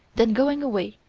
then going away